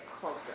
closer